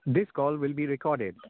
this call will eb recorded